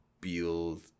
build